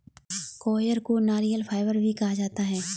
coir को नारियल fibre भी कहा जाता है